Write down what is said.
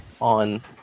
on